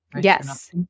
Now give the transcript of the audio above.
Yes